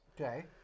Okay